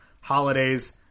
holidays